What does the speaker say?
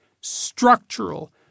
structural